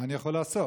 מה אני יכול לעשות?